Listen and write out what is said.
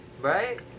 Right